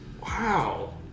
Wow